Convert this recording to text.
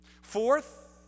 fourth